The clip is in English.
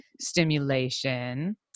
stimulation